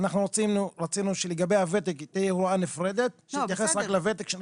אנחנו רצינו שלגבי הוותק תהיה הוראה נפרדת שתתייחס רק לוותק.